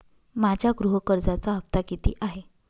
माझ्या गृह कर्जाचा हफ्ता किती आहे?